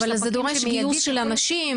אבל זה דורש גיוס של אנשים,